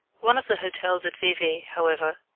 one of the hotels at vevey, however,